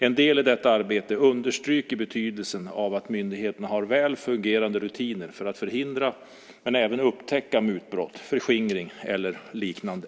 En del i detta arbete understryker betydelsen av att myndigheterna har väl fungerande rutiner för att förhindra och upptäcka mutbrott, förskingring eller liknande.